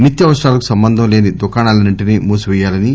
నిత్యవసరాలకు సంబంధం లేని దుకాణాలన్ని ంటినీ మూసిపేయాలని